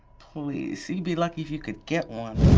please. you'd be lucky if you could get one.